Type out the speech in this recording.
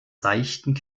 seichten